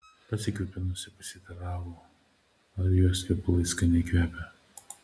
pasikvėpinusi pasiteiravo ar jos kvepalai skaniai kvepią